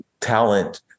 talent